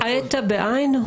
הוטעית בעי"ן?